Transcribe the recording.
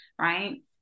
right